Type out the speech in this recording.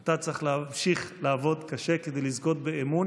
אתה צריך להמשיך לעבוד קשה כדי לזכות באמון